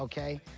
okay,